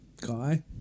guy